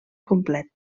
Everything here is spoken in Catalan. complet